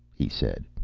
he said.